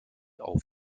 auf